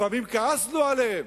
לפעמים כעסנו עליהם,